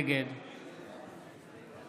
נגד